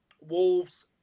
Wolves